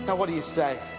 what do you say,